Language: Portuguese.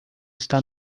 está